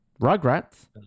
Rugrats